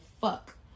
fuck